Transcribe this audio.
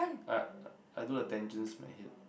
I I do the tangents in my head